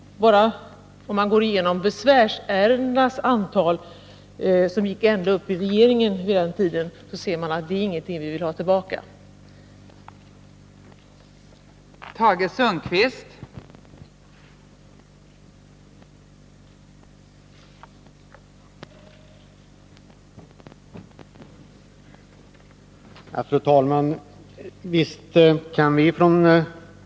Om vi bara går igenom 11 mars 1981 det antal besvärsärenden som under tiden 1974-1975 fördes ända upp till regeringen, ser vi att en slopad byggmoms inte är någonting som vi vill ha Slopande av mer